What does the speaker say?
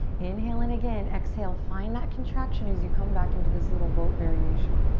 inhale in again. exhale, find that contraction as you come back into this little boat variation.